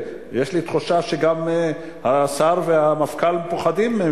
יש לי תחושה שגם השר והמפכ"ל פוחדים מהם,